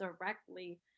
directly